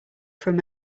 from